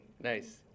Nice